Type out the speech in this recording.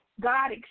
God